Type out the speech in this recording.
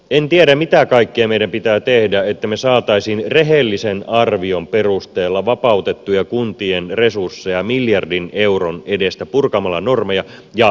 en tiedä mitä kaikkea meidän pitää tehdä että me saisimme rehellisen arvion perusteella vapautettua kuntien resursseja miljardin euron edestä purkamalla normeja ja palveluja